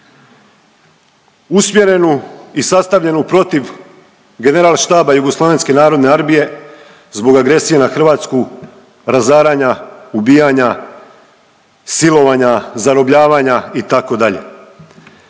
usmjerenu i sastavljenu protiv General štaba Jugoslavenske narodne armije zbog agresije na Hrvatsku, razaranja, ubijanja, silovanja, zarobljavanja itd.